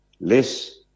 less